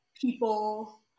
people